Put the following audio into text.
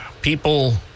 people